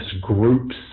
groups